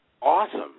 Awesome